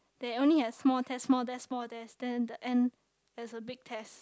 they only have small test small test small test then the end there is big test